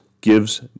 gives